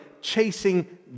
chasing